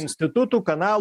institutų kanalų